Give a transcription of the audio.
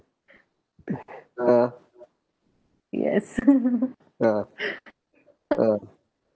ah yes uh uh